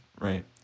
right